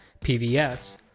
PVS